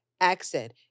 accent